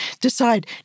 decide